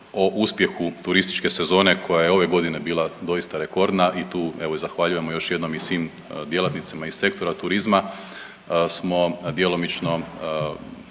o uspjehu turističke sezone koja je ove godine bila doista rekordna i tu evo i zahvaljujemo još jednom i svim djelatnicima iz sektora turizma smo djelomično